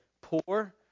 poor